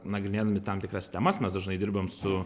nagrinėdami tam tikras temas mes dažnai dirbam su